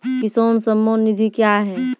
किसान सम्मान निधि क्या हैं?